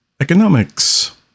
Economics